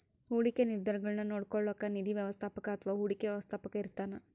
ಹೂಡಿಕೆ ನಿರ್ಧಾರಗುಳ್ನ ನೋಡ್ಕೋಳೋಕ್ಕ ನಿಧಿ ವ್ಯವಸ್ಥಾಪಕ ಅಥವಾ ಹೂಡಿಕೆ ವ್ಯವಸ್ಥಾಪಕ ಇರ್ತಾನ